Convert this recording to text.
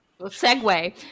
segue